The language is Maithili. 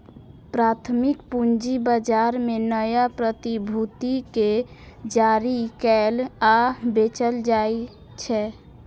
प्राथमिक पूंजी बाजार मे नया प्रतिभूति कें जारी कैल आ बेचल जाइ छै